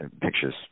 pictures